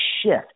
shift